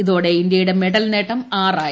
ഇതോടെ ഇന്ത്യയുടെ മെഡൽ നേട്ടം ആറായി